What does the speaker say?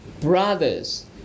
brothers